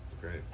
great